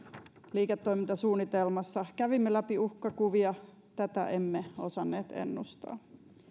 liiketoimintasuunnitelmassa kävimme läpi uhkakuvia tätä emme osanneet ennustaa